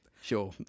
Sure